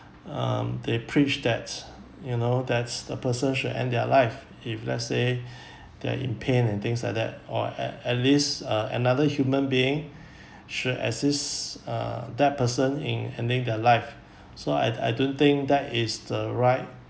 um they preach that's you know that's a person should end their life if let's say they are in pain and things like that or at at least uh another human being should assist uh that person in ending their life so I I don't think that is the right